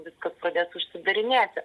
viskas pradės užsidarinėti